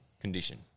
condition